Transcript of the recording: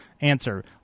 Answer